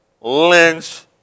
lynch